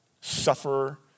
suffer